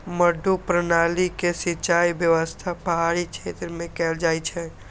मड्डू प्रणाली के सिंचाइ व्यवस्था पहाड़ी क्षेत्र मे कैल जाइ छै